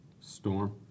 Storm